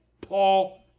Paul